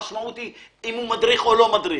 המשמעות היא אם הוא מדריך או לא מדריך,